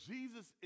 Jesus